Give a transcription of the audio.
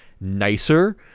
nicer